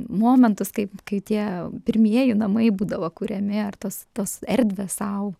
momentus kaip kai tie pirmieji namai būdavo kuriami ar tos tos erdvės sau